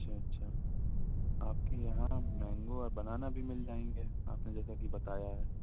اچھا اچھا آپ کے یہاں مینگو اور بنانا بھی مل جائیں گے آپ نے جیسا کہ بتایا ہے